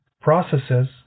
processes